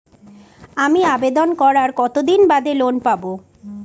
আমি আবেদন করার কতদিন বাদে লোন পাব?